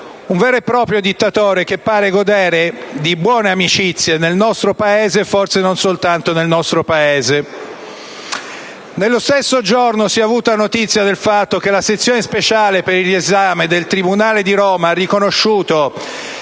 un vero e proprio dittatore che sembra godere di buone amicizie nel nostro Paese, e forse non soltanto nel nostro Paese. Nello stesso giorno si è avuta notizia del fatto che la sezione speciale del tribunale del riesame di Roma ha riconosciuto